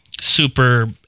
super